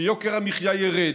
שיוקר המחיה ירד,